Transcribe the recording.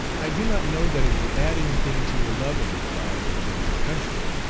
i do not know that it will add any thing to your love of the flag and of your country.